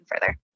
further